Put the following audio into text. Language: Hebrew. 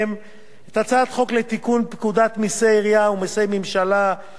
את הצעת חוק לתיקון פקודת מסי העירייה ומסי הממשלה (פטורין),